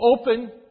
open